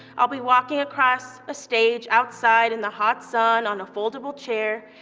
i'll be walking across a stage outside in the hot sun, on a foldable chair,